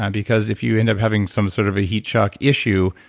um because if you end up having some sort of a heat shock issue,